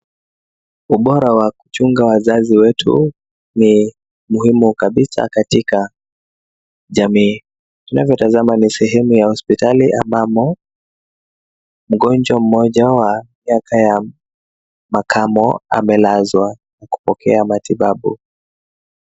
Ubora wa kuchunga wazazi wetu ni muhimu kabisa katika jamii. Tunavyotazama ni sehemu ya hospitali hamamu. Mgonjwa mmoja wa miaka ya makamo amelazwa na kupokea matibabu.